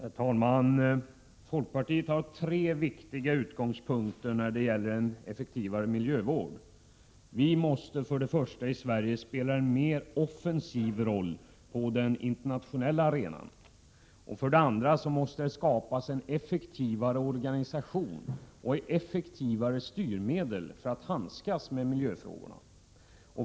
Herr talman! Folkpartiet har tre viktiga utgångspunkter när det gäller en effektivare miljövård: För det första måste vi i Sverige spela en mer offensiv roll på den internationella arenan. För det andra måste det skapas en effektivare organisation och effektivare styrmedel för att handskas med miljöfrågor.